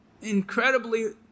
incredibly